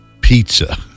pizza